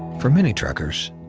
for many truckers,